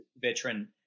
veteran